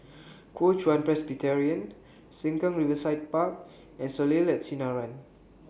Kuo Chuan Presbyterian Sengkang Riverside Park and Soleil and Sinaran